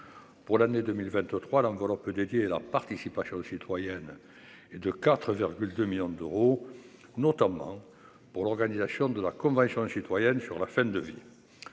pour l'année 2023 Angola peut dédiée leur participation aux citoyennes et de 4,2 millions d'euros, notamment pour l'organisation de la Convention citoyenne sur la fin de vie,